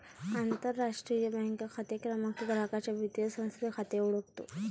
आंतरराष्ट्रीय बँक खाते क्रमांक ग्राहकाचे वित्तीय संस्थेतील खाते ओळखतो